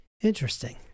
Interesting